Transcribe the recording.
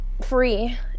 free